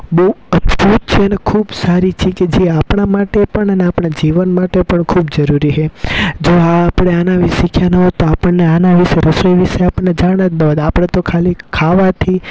બહુ અદ્ભૂત છે ને ખૂબ સારી છે કે જે આપણા માટે પણ અને આપણા જીવન માટે પણ ખૂબ જરૂરી છે જો આ આપણે આના વિષે શીખ્યા ન હોત તો આપણને આના વિષે રસોઈ વિષે આપણને જાણ જ ન હોત આપણે તો ખાલી ખાવાથી